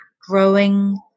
growing